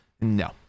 No